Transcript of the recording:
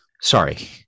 Sorry